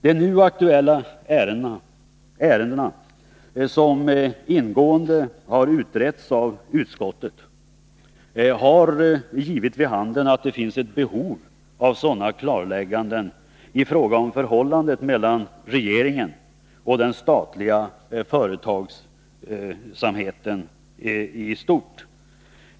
De nu aktuella ärendena, som ingående har utretts av utskottet, har gett vid handen att det finns ett behov av sådana klarlägganden i fråga om förhållandet mellan regeringen och den statliga företagsamheten i stort.